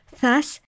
Thus